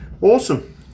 awesome